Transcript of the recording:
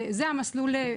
וזה המסלול.